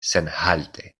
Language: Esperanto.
senhalte